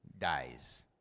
dies